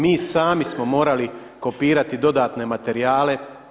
Mi sami smo morali kopirati dodatne materijale.